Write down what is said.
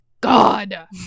God